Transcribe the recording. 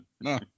no